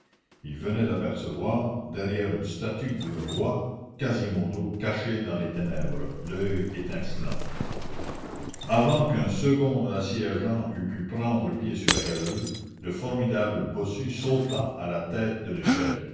il venait d'apercevoir derrière une statue de roi quasimodo caché dans les ténèbres l'oeil étincelant avant qu'un second assiégeant eût pu prendre pied sur la galerie le formidable bossu sauta à la tête de l'échelle